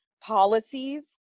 policies